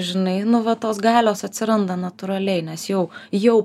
žinai nu va tos galios atsiranda natūraliai nes jau jau